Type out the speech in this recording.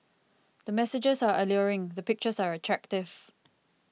the messages are alluring the pictures are attractive